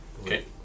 Okay